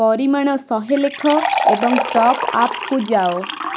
ପରିମାଣ ଶହେ ଲେଖ ଏବଂ ଟପ୍ଆପ୍କୁ ଯାଅ